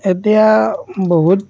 এতিয়া বহুত